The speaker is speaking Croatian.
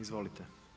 Izvolite.